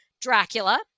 Dracula